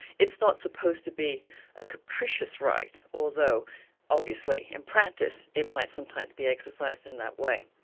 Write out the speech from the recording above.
it's not supposed to be a capricious right, although obviously in practice it might sometimes be exercised in that way.